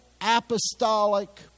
apostolic